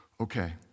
Okay